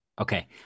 Okay